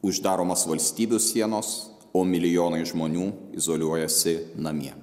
uždaromos valstybių sienos o milijonai žmonių izoliuojasi namie